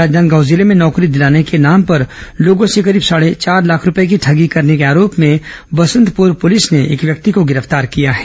राजनांदगांव जिले में नौकरी दिलाने के नाम पर लोगों से करीब साढ़े चार लाख रूपये की ठगी करने के आरोप में बसंतपूर पूलिस ने एक व्यक्ति को गिरफ्तार किया है